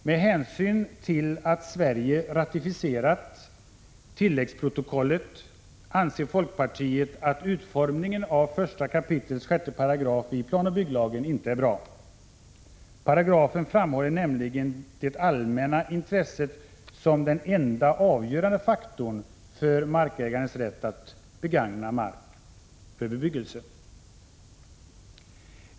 Med hänsyn till att Sverige har ratificerat tilläggsprotokollet anser folkpartiet att utformningen av 1 kap. 6 § i planoch bygglagen inte är bra. Paragrafen framhåller nämligen det allmänna intresset som den enda avgörande faktorn för markägarens rätt att begagna mark för bebyggelse.